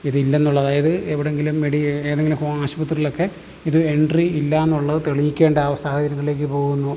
ഇത് ഇല്ല എന്നുള്ളത് അതായത് എവിടെയെങ്കിലും ഏതെങ്കിലും ആശുപത്രിയിലൊക്കെ ഇത് എൻട്രി ഇല്ല എന്നുള്ളത് തെളിയിക്കേണ്ട സാഹചര്യത്തിലേക്ക് പോകുന്നു